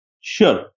Sure